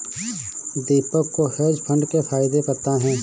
दीपक को hedge fund के फायदे पता है